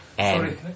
Sorry